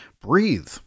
Breathe